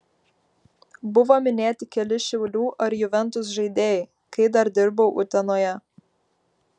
buvo minėti keli šiaulių ar juventus žaidėjai kai dar dirbau utenoje